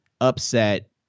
upset